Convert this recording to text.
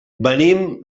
venim